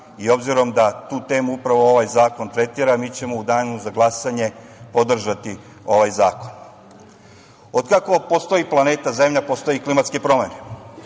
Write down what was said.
Obzirom da tu temu upravo ovaj zakon tretira, mi ćemo u Danu za glasanje podržati ovaj zakon. Otkako postoji planeta Zemlja postoje klimatske promene,